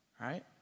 Right